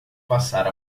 passar